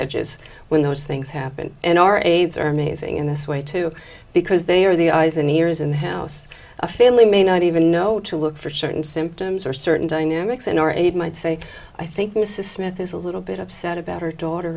edges when those things happen in our aids are amazing in this way too because they are the eyes and ears in the house a family may not even know to look for certain symptoms or certain dynamics in our age might say i think mrs smith is a little bit upset about her daughter